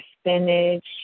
spinach